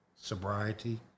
Sobriety